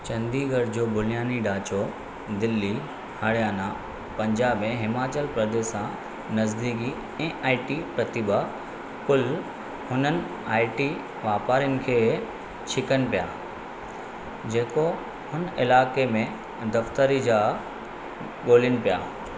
चंडीगढ़ जो बुनियादी ढांचो दिल्ली हरियाणा पंजाब ऐं हिमाचल प्रदेश सां नज़दीकी ई आई टी प्रतिभा पुल हुननि आई टी वापारनि खे छिकनि पिया जेको हुन इलाके में दफ़्तरी जाइ गो॒ल्हिनि पिया